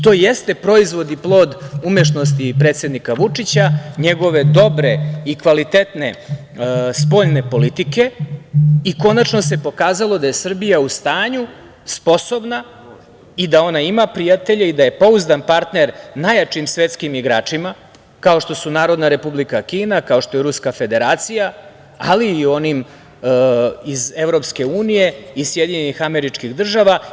To jeste proizvod i plod umešnosti predsednika Vučića, njegove dobre i kvalitetne spoljne politike i konačno se pokazalo da je Srbija u stanju, sposobna i da ona ima prijatelje i da je pouzdan partner najjačim svetskim igračima, kao što su Narodna Republika Kina, kao što je Ruska Federacija, ali i u onim iz EU i SAD.